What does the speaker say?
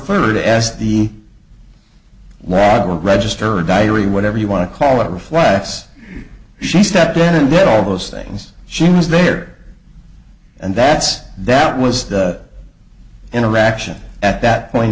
will register a diary whatever you want to call it refracts she stepped in and did all those things she was there and that's that was the interaction at that point